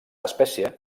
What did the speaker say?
espècie